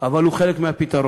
אבל הוא חלק מהפתרון.